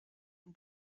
een